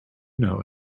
know